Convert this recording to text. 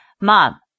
Mom